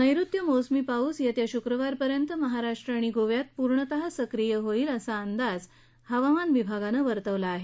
नैऋत्य मोसमी पाऊस येत्या शुक्रवारपर्यंत महाराष्ट्र आणि गोव्यात पूर्णतः सक्रीय होईल असा अंदाज हवामान विभागानं वर्तवला आहे